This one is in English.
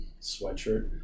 sweatshirt